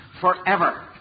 forever